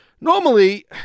Normally